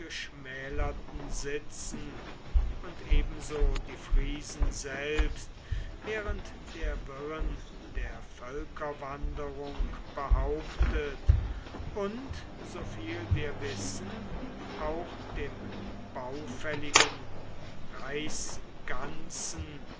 geschmälerten sitzen und ebenso die friesen selbst während der wirren der völkerwanderung behauptet und soviel wir wissen auch dem baufälligen reichsganzen